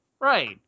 right